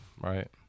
right